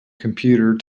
computer